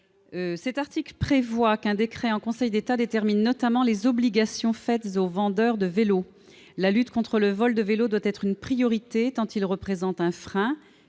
article prévoit qu'un décret en Conseil d'État détermine notamment les obligations faites aux vendeurs de vélos. La lutte contre le vol de vélos doit être une priorité, tant celui-ci représente un frein